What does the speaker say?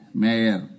mayor